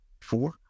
four